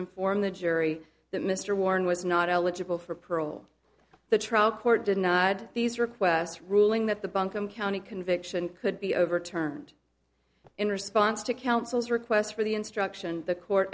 inform the jury that mr warren was not eligible for parole the trial court did not add these requests ruling that the buncombe county conviction could be overturned in response to counsel's requests for the instruction the court